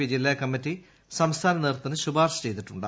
P ജില്ലാ കമ്മിറ്റി സംസ്ഥാന നേതൃത്വത്തിനു ശിപാർശ ചെയ്തിട്ടുണ്ട്